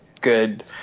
good